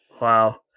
Wow